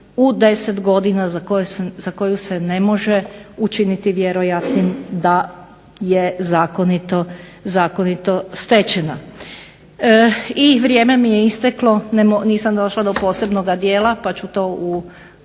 u 10 godina za koju se ne može učiniti vjerojatnim da je zakonito stečena. I vrijeme mi je isteklo nisam došla do posebnog dijela, pa ću to u